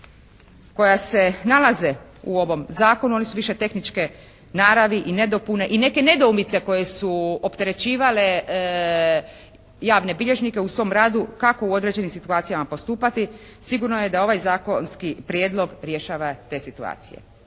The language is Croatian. koja se nalaze u ovom zakonu one su više tehničke naravi i nedopune i neke nedoumice koje su opterećivale javne bilježnike u svom radu kako u određenim situacijama postupati sigurno je da ovaj zakonski prijedlog rješava te situacije.